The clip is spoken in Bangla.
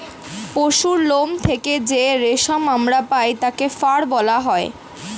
পশুর লোম থেকে যেই রেশম আমরা পাই তাকে ফার বলা হয়